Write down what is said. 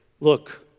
Look